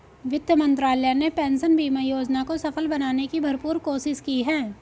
वित्त मंत्रालय ने पेंशन बीमा योजना को सफल बनाने की भरपूर कोशिश की है